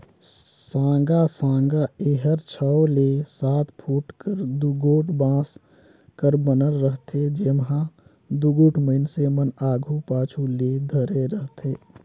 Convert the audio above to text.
साँगा साँगा एहर छव ले सात फुट कर दुगोट बांस कर बनल रहथे, जेम्हा दुगोट मइनसे मन आघु पाछू ले धरे रहथे